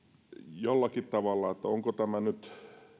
jollakin tavalla olisi nyt